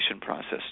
process